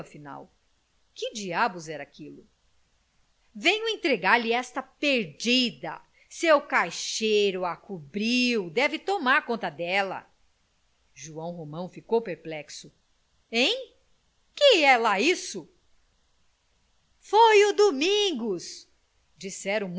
afinal que diabo era aquilo venho entregar-lhe esta perdida seu caixeiro a cobriu deve tomar conta dela joão romão ficou perplexo hein que é lá isso foi o domingos disseram